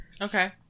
Okay